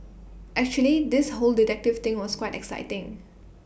actually this whole detective thing was quite exciting